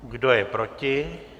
Kdo je proti?